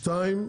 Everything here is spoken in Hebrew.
שתיים,